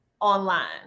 online